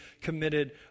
committed